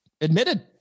admitted